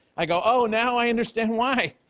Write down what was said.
i go, oh, now i understand why.